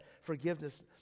forgiveness